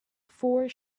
four